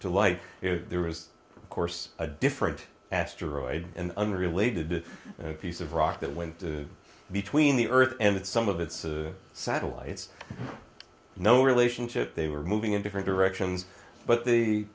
to light is there was of course a different asteroid an unrelated piece of rock that went to between the earth and some of its satellites no relationship they were moving in different directions but the